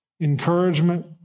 encouragement